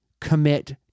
commit